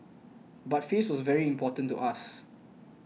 but face was very important to us